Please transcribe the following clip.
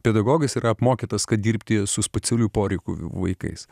pedagogas yra apmokytas kad dirbti su specialiųjų poreikių vaikais